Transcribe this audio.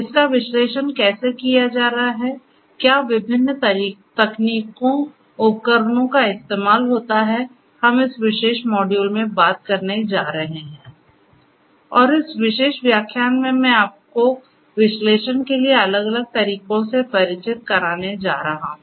इसका विश्लेषण कैसे किया जा रहा है क्या विभिन्न तकनीकों उपकरणों का इस्तेमाल होता है हम इस विशेष मॉड्यूल में बात करने जा रहे हैं और इस विशेष व्याख्यान में मैं आपको विश्लेषण के लिए अलग अलग तरीकों से परिचित कराने जा रहा हूं